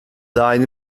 died